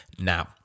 Now